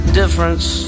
difference